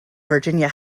virginia